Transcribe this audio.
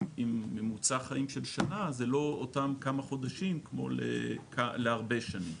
עם ממוצע חיים של שנה אלו לא אותם כמה חודשים כמו להרבה שנים,